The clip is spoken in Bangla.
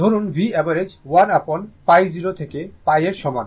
ধরুন V অ্যাভারেজ 1 upon π0 থেকে π এর সমান